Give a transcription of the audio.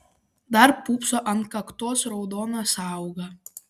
dar pūpso ant kaktos raudona sąauga